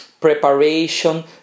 preparation